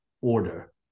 order